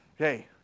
Okay